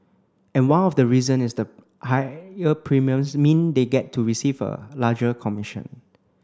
and one of the reason is the higher premiums mean they get to receive a larger commission